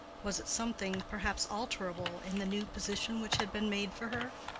was it something, perhaps alterable, in the new position which had been made for her?